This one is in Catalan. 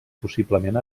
possiblement